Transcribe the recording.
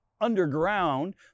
underground